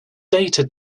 data